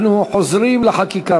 אנחנו חוזרים לחקיקה.